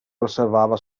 osservava